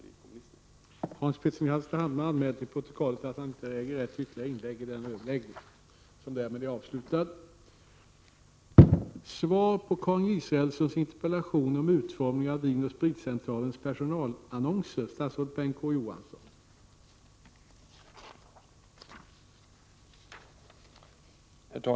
26 februari 1988